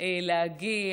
להגיע